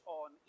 on